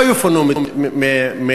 שהם לא יפונו מבתיהם?